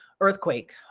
earthquake